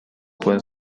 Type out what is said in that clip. pueden